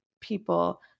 people